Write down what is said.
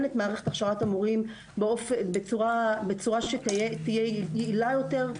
את מערכת הכשרת המורים בצורה שתהיה יעילה יותר,